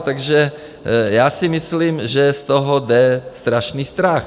Takže já si myslím, že z toho jde strašný strach.